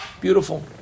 Beautiful